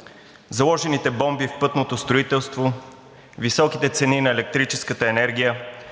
– заложените бомби в пътното строителство, високите цени на електрическата енергия,